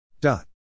dot